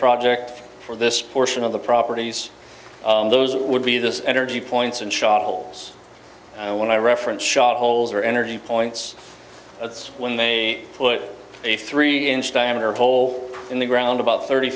project for this portion of the properties those would be this energy points and shot holes when i reference shot holes or energy points when they put a three inch diameter hole in the ground about thirty